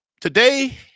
Today